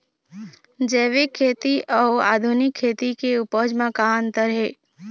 जैविक खेती अउ आधुनिक खेती के उपज म का अंतर हे?